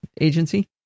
agency